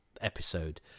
episode